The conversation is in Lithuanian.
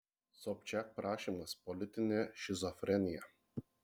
sobčiak prašymas politinė šizofrenija